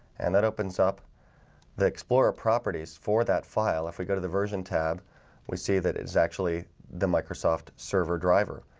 and that opens up the explorer properties for that file if we go to the version tab we see that it's actually the microsoft server driver,